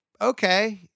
okay